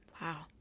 wow